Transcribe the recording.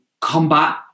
combat